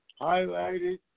highlighted